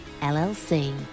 LLC